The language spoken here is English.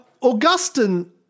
Augustine